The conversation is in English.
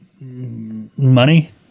money